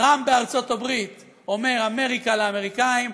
טראמפ בארצות הברית אומר אמריקה לאמריקאים,